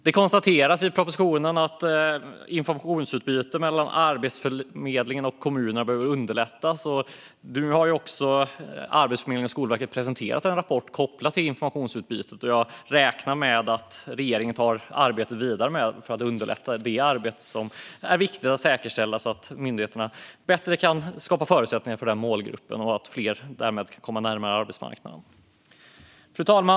Det konstateras i propositionen att informationsutbytet mellan Arbetsförmedlingen och kommunerna behöver underlättas. Nu har också Arbetsförmedlingen och Skolverket presenterat en rapport kopplat till informationsutbytet. Jag räknar med att regeringen tar arbetet vidare med att underlätta detta. Det är viktigt att säkerställa att myndigheterna bättre kan skapa förutsättningar för denna målgrupp och att fler därmed kan komma närmare arbetsmarknaden. Fru talman!